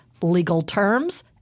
legalterms